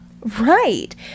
right